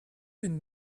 been